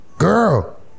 Girl